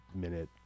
minute